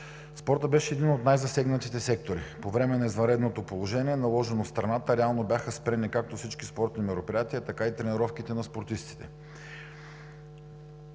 Спортът беше един от най-засегнатите сектори. По време на извънредното положение, наложено в страната, реално бяха спрени както всички спортни мероприятия, така и тренировките на спортистите.